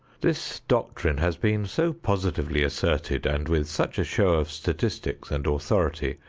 this doctrine has been so positively asserted and with such a show of statistics and authority,